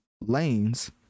lanes